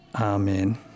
Amen